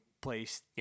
place